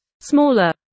Smaller